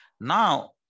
Now